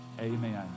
Amen